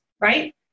right